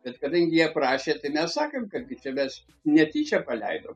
bet kadangi jie prašė mes sakėm kad gi čia mes netyčia paleidom